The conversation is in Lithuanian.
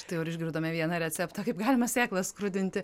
štai jau ir išgirdome vieną receptą kaip galima sėklas skrudinti